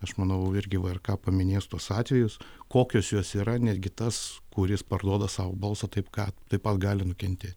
aš manau irgi var į ką paminės tuos atvejus kokios jos yra netgi tas kuris parduoda savo balsą taip ką taip pat gali nukentėt